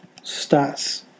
stats